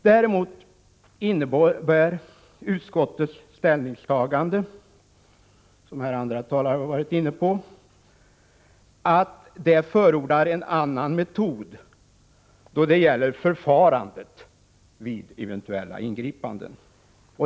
Däremot innebär utskottets ställningstagande, som andra talare här har varit inne på, att man förordar en annan metod då det gäller förfarandet vid eventuella ingripanden.